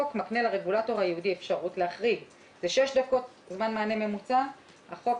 אז שוב,